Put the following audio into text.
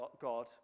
God